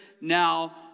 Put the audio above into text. now